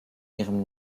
ihrem